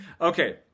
Okay